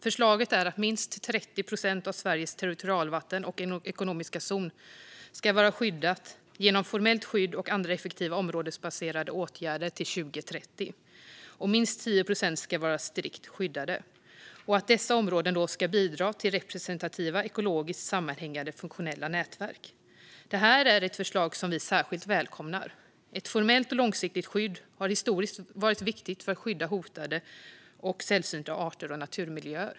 Förslaget är att minst 30 procent av Sveriges territorialvatten och ekonomiska zon ska vara skyddad genom formellt skydd och andra effektiva områdesbaserade åtgärder till 2030. Minst 10 procent av områdena ska vara strikt skyddade och bidra till representativa, ekologiskt sammanhängande och funktionella nätverk. Det här är ett förslag som vi särskilt välkomnar. Ett formellt och långsiktigt skydd har historiskt varit viktigt för att skydda hotade och sällsynta arter och naturmiljöer.